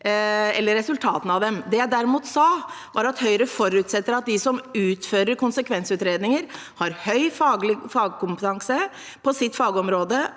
Det jeg derimot sa, var at Høyre forutsetter at de som utfører konsekvensutredninger, har høy fagkompetanse på sitt fagområde,